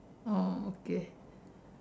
oh okay